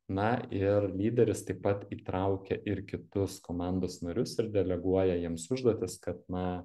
na ir lyderis taip pat įtraukia ir kitus komandos narius ir deleguoja jiems užduotis kad na